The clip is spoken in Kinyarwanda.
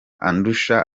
andusha